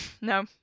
No